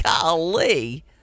Golly